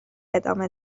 ادامه